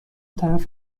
طرف